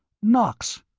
knox!